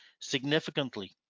significantly